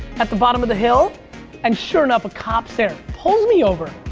at the bottom of the hill and sure enough a cop's there, pulls me over,